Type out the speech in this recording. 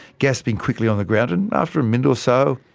gasping quickly on the ground, and after a minute or so,